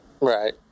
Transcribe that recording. Right